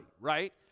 right